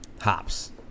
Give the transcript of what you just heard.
hops